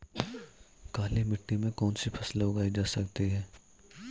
काली मिट्टी में कौनसी फसलें उगाई जा सकती हैं?